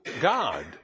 God